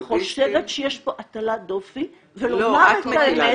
אני חושבת שיש פה הטלת דופי ולומר את האמת -- לא,